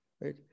right